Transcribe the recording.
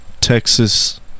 Texas